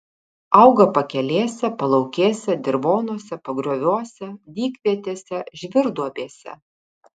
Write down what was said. auga pakelėse palaukėse dirvonuose pagrioviuose dykvietėse žvyrduobėse